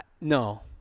no